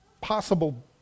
possible